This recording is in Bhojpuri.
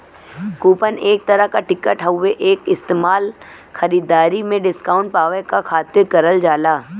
कूपन एक तरह क टिकट हउवे एक इस्तेमाल खरीदारी में डिस्काउंट पावे क खातिर करल जाला